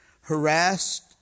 harassed